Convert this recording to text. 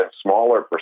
smaller